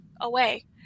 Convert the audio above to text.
away